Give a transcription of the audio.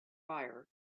fire